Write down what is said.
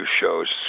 shows